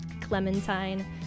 clementine